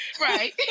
Right